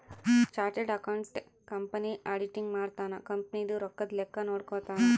chartered accountant company auditing ಮಾಡ್ತನ company ದು ರೊಕ್ಕದ ಲೆಕ್ಕ ನೋಡ್ಕೊತಾನ